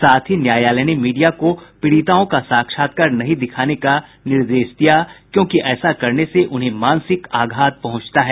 साथ ही न्यायालय ने मीडिया को पीड़िताओं का साक्षात्कार नहीं दिखाने का निर्देश दिया क्योंकि ऐसा करने से उन्हें मानसिक आघात पहुंचता है